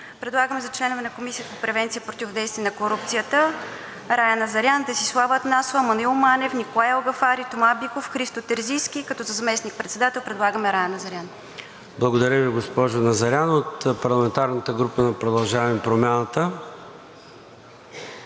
предлагаме за членове на Комисията по превенция и противодействие на корупцията Рая Назарян, Десислава Атанасова, Маноил Манев, Николай Алгафари, Тома Биков, Христо Терзийски, като за заместник-председател предлагаме Рая Назарян. ПРЕДСЕДАТЕЛ ЙОРДАН ЦОНЕВ: Благодаря Ви, госпожо Назарян. От парламентарната група „Продължаваме Промяната“?